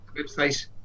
website